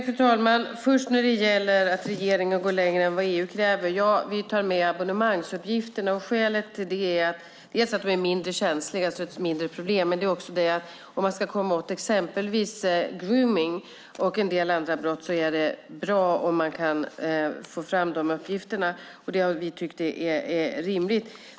Fru talman! Först när det gäller att regeringen går längre än vad EU kräver: Ja, vi tar med abonnemangsuppgifterna. Skälet till det är att vi är mindre känsliga så det är ett mindre problem, men det är också att om man ska komma åt exempelvis groomning och en del andra brott är det bra om man kan få fram de uppgifterna. Det har vi tyckt är rimligt.